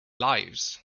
lives